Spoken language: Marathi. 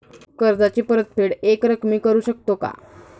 कर्जाची परतफेड एकरकमी करू शकतो का?